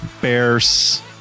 bears